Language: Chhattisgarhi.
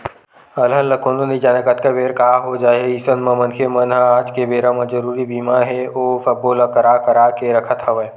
अलहन ल कोनो नइ जानय कतका बेर काय हो जाही अइसन म मनखे मन ह आज के बेरा म जरुरी बीमा हे ओ सब्बो ल करा करा के रखत हवय